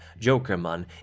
Jokerman